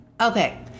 okay